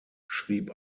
schrieb